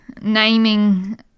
naming